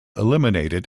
eliminated